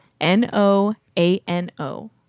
N-O-A-N-O